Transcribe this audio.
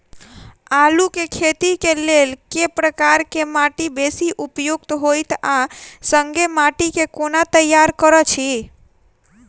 आलु केँ खेती केँ लेल केँ प्रकार केँ माटि बेसी उपयुक्त होइत आ संगे माटि केँ कोना तैयार करऽ छी?